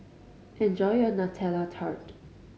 enjoy your Nutella Tart